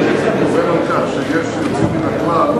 אני מבין שאתה קובל על כך שיש יוצאים מן הכלל,